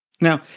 Now